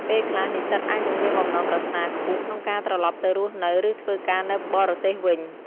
ពេលខ្លះ និស្សិតអាចនឹងមានបំណងប្រាថ្នាខ្ពស់ក្នុងការត្រឡប់ទៅរស់នៅ ឬធ្វើការនៅបរទេសវិញ។